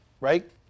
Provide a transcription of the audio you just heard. right